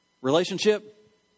relationship